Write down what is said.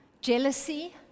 Jealousy